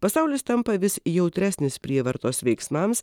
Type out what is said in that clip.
pasaulis tampa vis jautresnis prievartos veiksmams